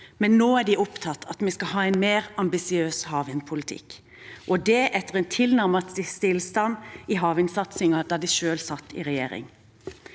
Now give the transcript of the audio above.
men nå er de opptatt av at vi skal ha en mer ambisiøs havvindpolitikk, og det etter en tilnærmet stillstand i havvindsatsingen da de selv satt i regjering.